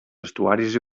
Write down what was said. estuaris